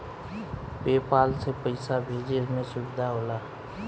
पे पाल से पइसा भेजे में सुविधा होला